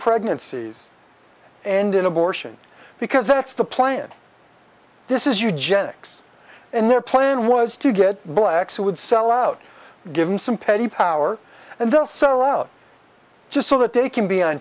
pregnancies and in abortion because that's the plan this is eugenics and their plan was to get blacks who would sell out give them some petty power and they'll sell out just so that they can be on